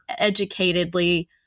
educatedly